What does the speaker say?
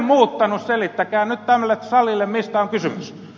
selittäkää nyt tälle salille mistä on kysymys